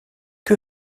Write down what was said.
que